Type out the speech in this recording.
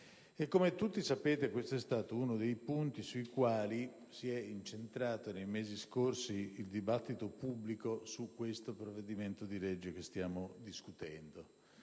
Come tutti sapete, questo è stato uno dei punti sui quali si è incentrato nei mesi scorsi il dibattito pubblico sul provvedimento che stiamo discutendo.